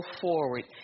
forward